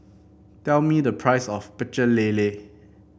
tell me the price of Pecel Lele